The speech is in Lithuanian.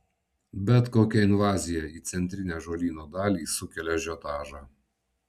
bet kokia invazija į centrinę ąžuolyno dalį sukelia ažiotažą